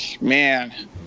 man